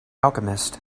alchemist